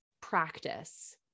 practice